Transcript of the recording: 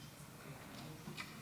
בבקשה.